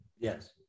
yes